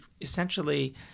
essentially